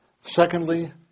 Secondly